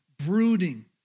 brooding